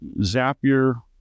Zapier